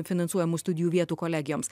finansuojamų studijų vietų kolegijoms